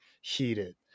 heated